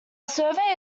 survey